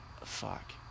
Fuck